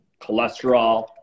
cholesterol